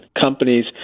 companies